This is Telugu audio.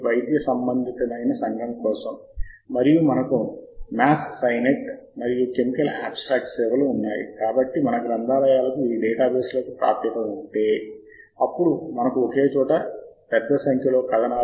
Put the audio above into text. దశ ఒకటి ఈ 12 రికార్డులను ఎంచుకోవడం మనము మొత్తం శోధన నుండి ఎంచుకోవడం లేదు కానీ ఈ 12 లో కాబట్టి సహజంగానే మీరు 12 ని జాగ్రత్తగా ఎంచుకున్నారు కాబట్టి వాటన్నింటినీ మీరు ఎంచుకోవచ్చు